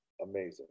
Amazing